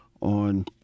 on